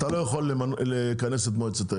אתה לא יכול לכנס את מועצת העיר.